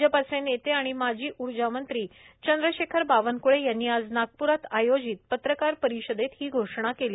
भाजपचे नेते आणि माजी ऊर्जामंत्री चंद्रशेखर बावनक्ळे यांनी आज नागप्रात आयोजित पत्रकारपरिषदेत ही घोषणा केली